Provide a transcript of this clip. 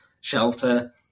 shelter